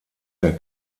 der